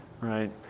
Right